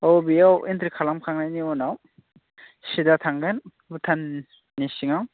औ बेयाव एनट्रि खालामखांनायनि उनाव सिदा थांगोन भुटाननि सिङाव